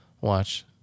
watch